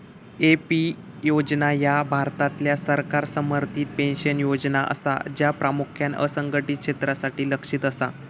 AP योजना ह्या भारतातल्या सरकार समर्थित पेन्शन योजना असा, ज्या प्रामुख्यान असंघटित क्षेत्रासाठी लक्ष्यित असा